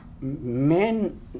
Men